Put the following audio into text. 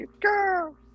girl